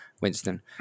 Winston